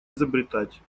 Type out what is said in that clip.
изобретать